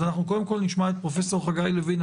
אז אנחנו קודם כל נשמע את פרופ' חגי לוין,